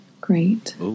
Great